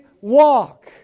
walk